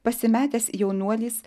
pasimetęs jaunuolis